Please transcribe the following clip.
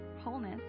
wholeness